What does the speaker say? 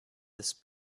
this